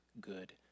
good